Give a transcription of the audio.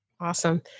Awesome